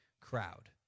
crowd